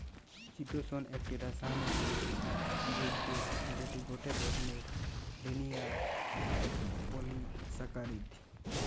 চিতোষণ একটি রাসায়নিক যৌগ্য যেটি গটে ধরণের লিনিয়ার পলিসাকারীদ